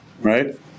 right